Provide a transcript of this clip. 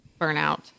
burnout